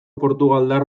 portugaldar